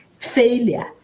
Failure